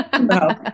No